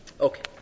Okay